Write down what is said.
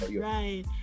Right